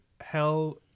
hell